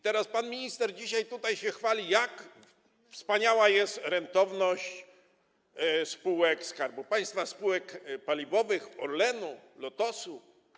Teraz pan minister tutaj chwali się tym, jak wspaniała jest rentowność spółek Skarbu Państwa, spółek paliwowych: Orlenu, Lotosu.